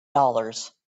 dollars